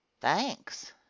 Thanks